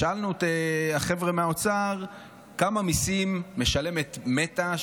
שאלנו את החבר'ה מהאוצר כמה מיסים משלמת מטא,